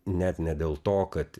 net ne dėl to kad